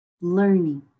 Learning